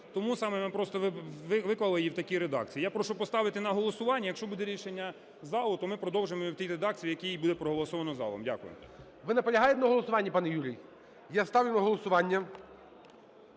Тому саме ми просто виклали її в такій редакції. Я прошу поставити на голосування, якщо буде рішення залу – то ми продовжимо в тій редакції, в якій було проголосовано залом. Дякую. ГОЛОВУЮЧИЙ. Ви наполягаєте на голосуванні, пане Юрій? Я ставлю на голосування